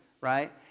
right